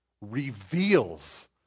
reveals